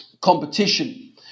competition